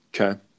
Okay